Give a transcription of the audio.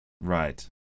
right